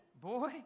Boy